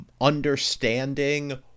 understanding